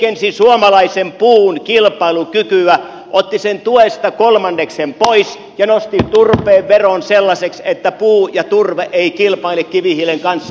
heikensi suomalaisen puun kilpailukykyä otti sen tuesta kolmanneksen pois ja nosti turpeen veron sellaiseksi että puu ja turve eivät kilpaile kivihiilen kanssa